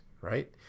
right